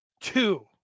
two